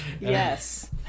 yes